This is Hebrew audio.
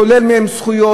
שולל מהם זכויות,